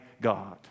God